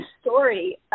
story